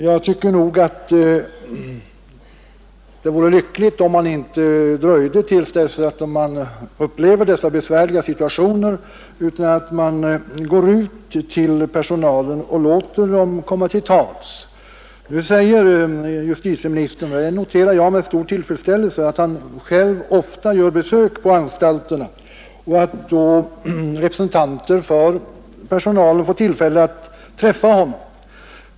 Jag tycker nog att det vore lyckligt om man inte dröjde till dess man upplever dessa besvärliga situationer utan går ut till personalen och låter den komma till tals utan att sådana situationer uppkommer. Nu säger justitieministern — och det noterar jag med stor tillfredsställelse — att han själv ofta gör besök på anstalterna och att representanter för personalen då får tillfälle att träffa honom.